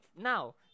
now